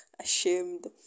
Ashamed